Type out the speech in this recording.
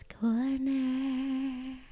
Corner